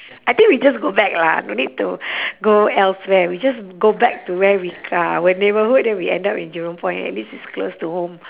I think we just go back lah no need to go elsewhere we just go back to where we c~ ah my neighbourhood then we end up in jurong point at least it's close to home